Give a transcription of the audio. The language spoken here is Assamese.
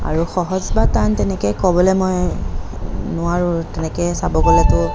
আৰু সহজ বা টান তেনেকৈ ক'বলৈ মই নোৱাৰোঁ তেনেকৈ চাব গ'লে তো